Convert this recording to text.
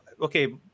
okay